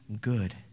good